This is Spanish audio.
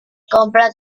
compra